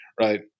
right